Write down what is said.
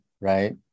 right